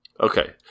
Okay